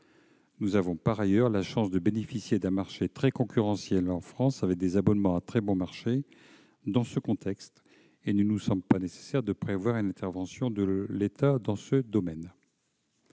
Nous avons par ailleurs la chance de bénéficier en France d'un marché très concurrentiel avec des abonnements à très bon marché. Dans ce contexte, il ne nous semble pas nécessaire de prévoir une intervention de l'État dans ce domaine.